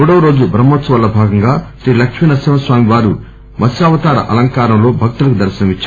మూడవరోజు బ్రహ్మోత్సవాల్లో భాగంగా శ్రీ లక్ష్మీ నరసింహ స్వామివారు మత్స్వానతార అలంకారంలో భక్తులకు దర్శనమిద్చారు